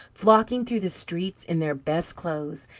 flocking through the streets in their best clothes,